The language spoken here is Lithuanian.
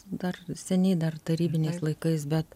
dar seniai dar tarybiniais laikais bet